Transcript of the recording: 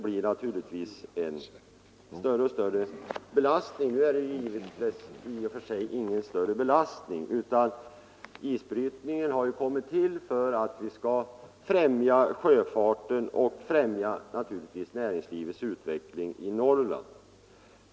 Nu är det i och för sig ingen större belastning, utan isbrytningen har kommit till för att vi skall främja sjöfarten och främja näringslivets utveckling i Norrland.